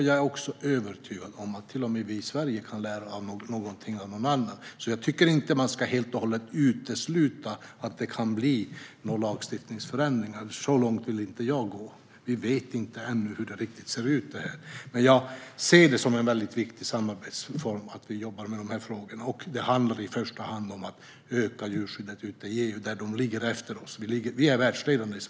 Jag är också övertygad om att till och med vi i Sverige kan lära någonting av någon annan, så jag tycker inte att man helt och hållet ska utesluta att det kan bli lagstiftningsförändringar. Så långt vill inte jag gå, för vi vet ännu inte riktigt hur det ser ut. Men jag ser det som väldigt viktigt att vi samarbetar om de här frågorna. Det handlar i första hand om att öka djurskyddet ute i EU där de ligger efter oss. Sverige är världsledande.